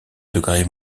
degré